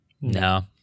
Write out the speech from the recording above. No